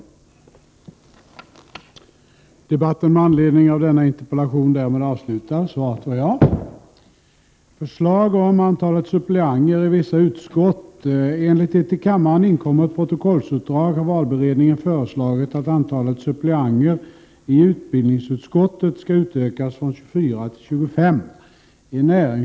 ä VAA ameo Meddelande om inter